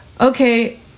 okay